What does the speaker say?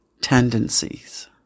tendencies